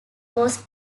was